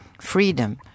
freedom